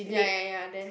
ya ya ya then